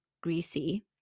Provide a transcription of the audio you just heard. greasy